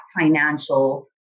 financial